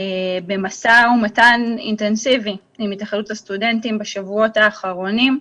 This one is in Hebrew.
במשא ומתן אינטנסיבי עם התאחדות הסטודנטים בשבועות האחרונים.